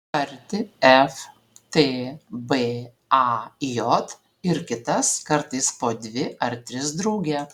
tarti f t b a j ir kitas kartais po dvi ar tris drauge